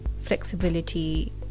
flexibility